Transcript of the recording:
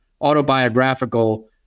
autobiographical